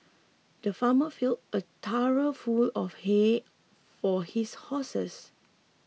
the farmer filled a trough full of hay for his horses